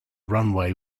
runway